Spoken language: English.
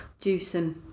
Juicing